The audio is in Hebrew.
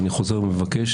ואני חוזר ומבקש,